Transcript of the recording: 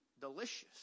delicious